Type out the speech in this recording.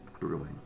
Brewing